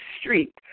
Street